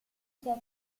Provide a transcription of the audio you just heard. sequel